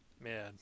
man